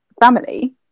family